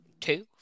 two